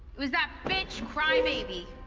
it was that bitch crybaby.